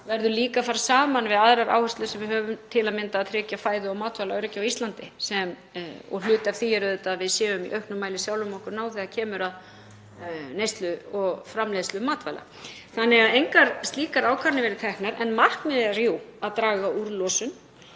verði að fara saman við aðrar áherslur sem við höfum, til að mynda að tryggja fæðu- og matvælaöryggi á Íslandi. Hluti af því er auðvitað að við séum í auknum mæli sjálfum okkur nóg þegar kemur að neyslu og framleiðslu matvæla. Þannig að engar slíkar ákvarðanir hafa verið teknar en markmiðið er jú að draga úr losun